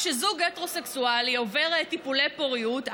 כשזוג הטרוסקסואלי עובר טיפולי פוריות,